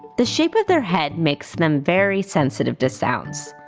the shape of their head makes them very sensitive to sounds.